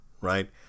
right